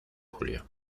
julio